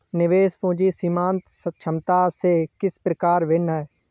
निवेश पूंजी सीमांत क्षमता से किस प्रकार भिन्न है?